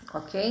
ok